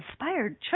Inspired